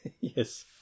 Yes